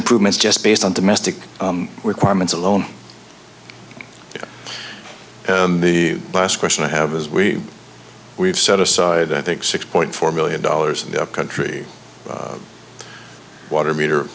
improvements just based on domestic requirements alone the last question i have is we we've set aside i think six point four million dollars in the country water meter